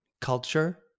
culture